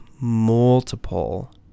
multiple